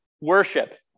worship